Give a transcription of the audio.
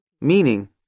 Meaning